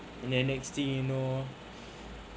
and then next thing you know